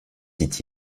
dit